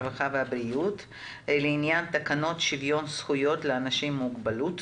הרווחה והבריאות לעניין תקנות שוויון זכויות לאנשים עם מוגבלות.